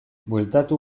bueltatu